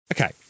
Okay